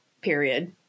Period